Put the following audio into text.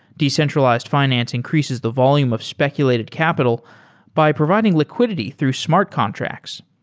decentralized finance increases the volume of speculated capital by providing liquidity through smart contracts.